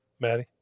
Maddie